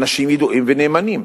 אנשים ידועים ונאמנים",